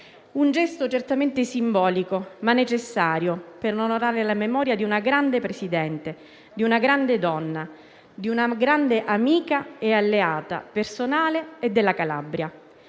un gesto certamente simbolico, ma necessario, per onorare la memoria di una grande presidente, di una grande donna, di una grande amica e alleata personale e della Calabria,